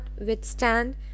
withstand